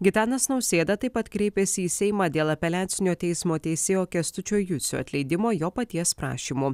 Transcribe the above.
gitanas nausėda taip pat kreipėsi į seimą dėl apeliacinio teismo teisėjo kęstučio jucio atleidimo jo paties prašymu